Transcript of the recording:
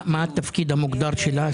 מה התפקיד המוגדר שלה?